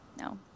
No